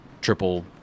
triple